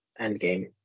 endgame